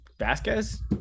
Vasquez